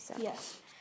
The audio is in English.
Yes